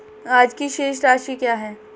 आज की शेष राशि क्या है?